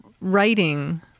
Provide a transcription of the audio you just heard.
writing